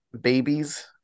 babies